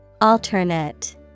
Alternate